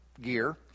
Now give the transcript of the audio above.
gear